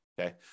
okay